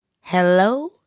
Hello